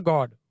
God